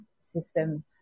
system